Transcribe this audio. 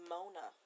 Mona